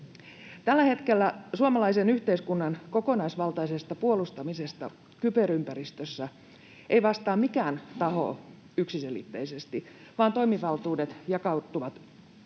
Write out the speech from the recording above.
Tällä hetkellä suomalaisen yhteiskunnan kokonaisvaltaisesta puolustamisesta kyberympäristössä ei vastaa mikään taho yksiselitteisesti, vaan toimivaltuudet jakautuvat eri toimijoille.